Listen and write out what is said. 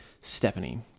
Stephanie